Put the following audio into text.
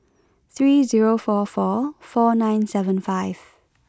three zero four four four nine seven five